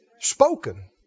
spoken